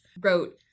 wrote